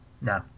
No